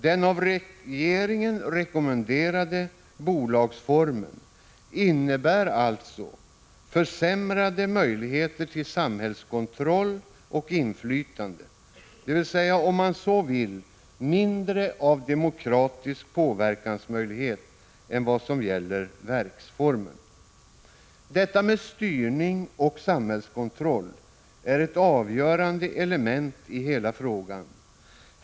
Den av regeringen rekommenderade bolagsformen innebär alltså försämrade möjligheter till samhällskontroll och inflytande, dvs. om man så vill mindre av demokratisk påverkansmöjlighet än om det gällde verksformen. Detta med styrning och samhällskontroll är ett avgörande element i hela frågan.